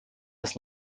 das